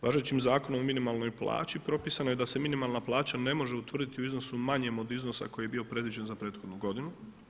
Važećim Zakonom o minimalnoj plaći propisano je da se minimalna plaća ne može utvrditi u iznosu manjem od iznosa koji je bio predviđen za prethodnu godinu.